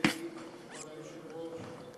כבוד היושב-ראש,